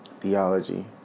theology